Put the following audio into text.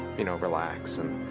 you know relax. and